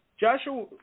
Joshua